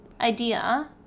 idea